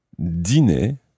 Dîner